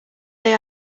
they